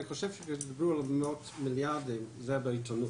אני חושב שדיברו על מיליארדים בעיתונות.